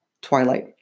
Twilight